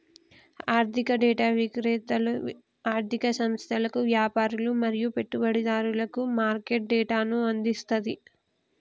ఆర్థిక డేటా విక్రేతలు ఆర్ధిక సంస్థలకు, వ్యాపారులు మరియు పెట్టుబడిదారులకు మార్కెట్ డేటాను అందిస్తది